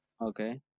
Okay